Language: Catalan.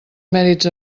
mèrits